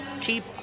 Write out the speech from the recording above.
keep